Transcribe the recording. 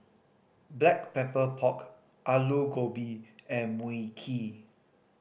Black Pepper Pork Aloo Gobi and Mui Kee